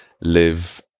live